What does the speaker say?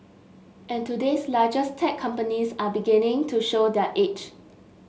and today's largest tech companies are beginning to show their age